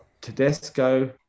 Tedesco